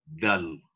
dull